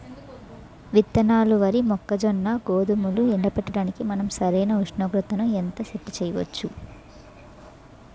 విత్తనాలు వరి, మొక్కజొన్న, గోధుమలు ఎండబెట్టడానికి మనం సరైన ఉష్ణోగ్రతను ఎంత సెట్ చేయవచ్చు?